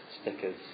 stickers